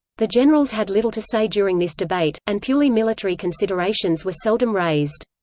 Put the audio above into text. the generals had little to say during this debate, and purely military considerations were seldom raised.